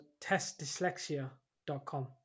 testdyslexia.com